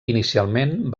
inicialment